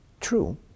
True